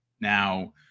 Now